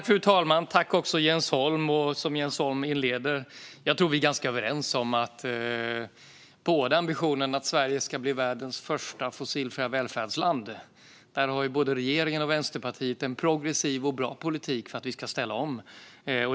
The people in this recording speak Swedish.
Fru talman! Jag tror att Jens Holm och jag är ganska överens om ambitionen att Sverige ska bli världens första fossilfria välfärdsland. Här har både regeringen och Vänsterpartiet en progressiv och bra politik för att vi ska ställa om.